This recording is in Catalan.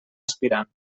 aspirant